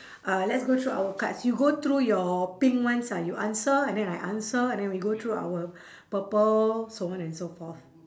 uh let's go through our cards you go through your pink ones ah you answer and then I answer and then we go through our purple so on and so forth